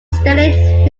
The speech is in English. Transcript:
steady